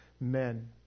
men